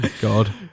God